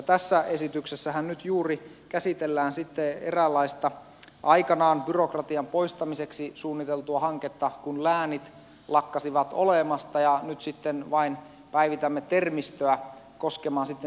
tässä esityksessähän nyt juuri käsitellään eräänlaista aikanaan byrokratian poistamiseksi suunniteltua hanketta kun läänit lakkasivat olemasta ja nyt sitten vain päivitämme termistöä koskemaan sitä